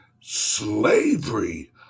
Slavery